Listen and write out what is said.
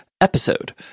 episode